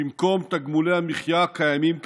במקום תגמולי המחיה הקיימים כיום,